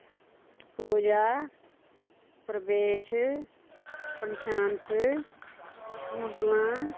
Puja Pravesh Prashant शकुंतलां